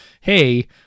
hey